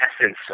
essence